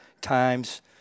times